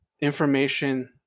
information